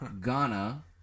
Ghana